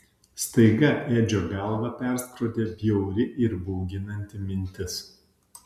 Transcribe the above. staiga edžio galvą perskrodė bjauri ir bauginanti mintis